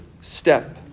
step